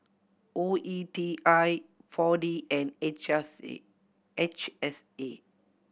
O E T I Four D and H R C H S A